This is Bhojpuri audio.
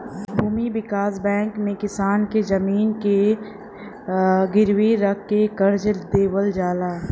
भूमि विकास बैंक में किसान क जमीन के गिरवी रख के करजा देवल जाला